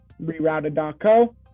rerouted.co